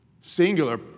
singular